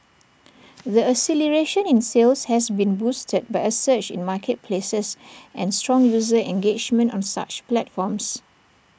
the acceleration in sales has been boosted by A surge in marketplaces and strong user engagement on such platforms